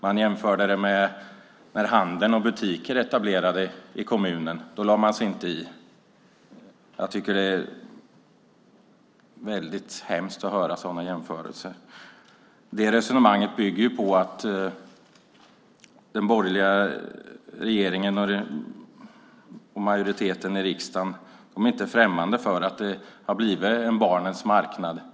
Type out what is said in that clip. Man jämförde det med handeln och butiker som etablerats i kommunen; då lade man sig inte i. Jag tycker att det är väldigt hemskt att få höra sådana jämförelser. Detta resonemang bygger på att den borgerliga regeringen och majoriteten i riksdagen inte är främmande för att det har blivit en barnens marknad.